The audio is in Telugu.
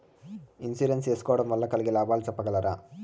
ఇన్సూరెన్సు సేసుకోవడం వల్ల కలిగే లాభాలు సెప్పగలరా?